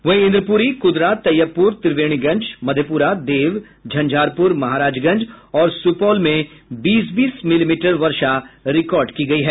वहीं इंद्रपुरी कुदरा तयैबपुर त्रिवेणीगंज मधेपुरा देव झंझारपुर महाराजगंज और सुपौल में बीस बीस मिलीमीटर वर्षा रिकॉर्ड की गयी है